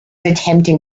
attempting